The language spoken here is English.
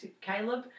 Caleb